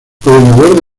gobernador